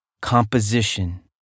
composition